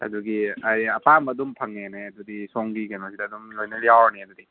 ꯑꯗꯨꯒꯤ ꯑꯩ ꯑꯄꯥꯝꯕ ꯑꯗꯨꯝ ꯐꯪꯉꯦꯅꯦ ꯑꯗꯨꯗꯤ ꯁꯣꯝꯒꯤ ꯀꯩꯅꯣꯁꯤꯗ ꯑꯗꯨꯝ ꯂꯣꯏꯅ ꯌꯥꯎꯔꯅꯤ ꯑꯗꯨꯗꯤ